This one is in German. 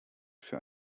für